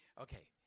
Okay